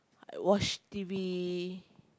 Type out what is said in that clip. I watch T_V